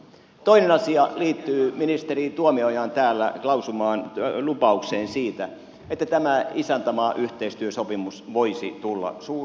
toinen asia liittyy ministeri tuomiojan täällä lausumaan lupaukseen siitä että tämä isäntämaayhteistyösopimus voisi tulla suureen saliin